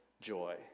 joy